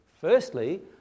Firstly